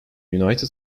united